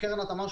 וקרן התמר,